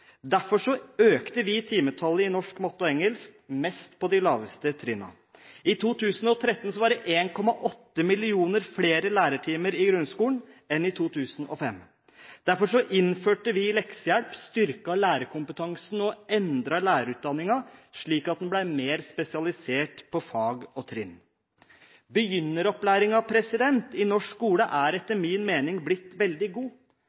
økte vi timetallet i norsk, matte og engelsk mest på de laveste trinnene. I 2013 var det 1,8 millioner flere lærertimer i grunnskolen enn i 2005. Derfor innførte vi leksehjelp, styrket lærerkompetansen og endret lærerutdanningen, slik at den ble mer spesialisert på fag og trinn. Begynneropplæringen i norsk skole er etter min mening blitt veldig god